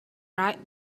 right